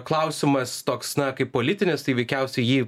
klausimas toks na kaip politinis tai veikiausiai jį